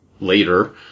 later